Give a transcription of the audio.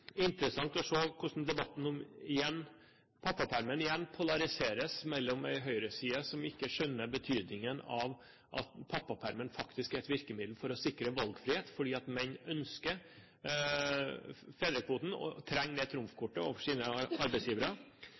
interessant å se hvordan debatten om pappaperm igjen polariseres mellom en høyreside som ikke skjønner betydningen av at pappapermen faktisk er et virkemiddel for å sikre valgfrihet, fordi menn ønsker å ha fedrekvoten og trenger det trumfkortet overfor sine arbeidsgivere.